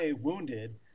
wounded